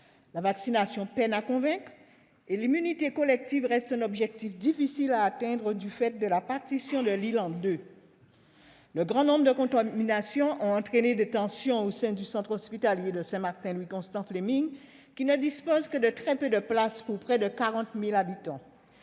la vaccination et l'immunité collective reste un objectif difficile à atteindre du fait de la partition de l'île. Le grand nombre de contaminations a provoqué des tensions au sein du centre hospitalier Louis-Constant Fleming, qui ne dispose que de très peu de places, pour près de 40 000 habitants.